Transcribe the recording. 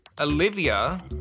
Olivia